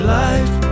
life